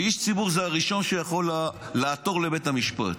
ואיש ציבור זה הראשון שיכול לעתור לבית המשפט.